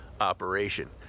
operation